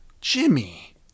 Jimmy